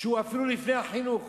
שהוא אפילו לפני החינוך?